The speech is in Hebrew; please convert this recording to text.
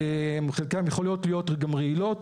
חלקן יכולות להיות גם רעילות,